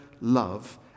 love